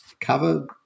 cover